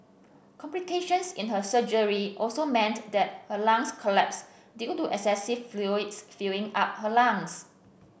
complications in her surgery also meant that her lungs collapsed due to excessive fluids filling up her lungs